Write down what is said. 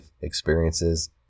experiences